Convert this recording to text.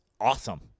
awesome